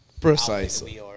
Precisely